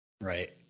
right